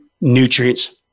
nutrients